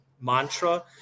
mantra